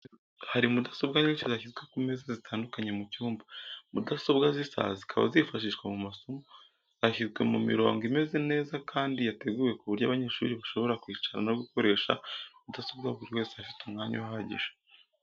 Hari mudasobwa nyinshi zashyizwe ku meza zitandukanye mu cyumba. Mudasobwa zisa zikaba zifashishwa mu masomo. Zashyizwe mu mirongo imeze neza kandi yateguwe ku buryo abanyeshuri bashobora kwicara no gukoresha mudasobwa buri wese afite umwanya uhagije.